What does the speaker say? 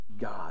god